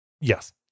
Yes